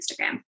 Instagram